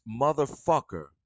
motherfucker